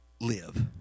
live